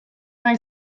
gai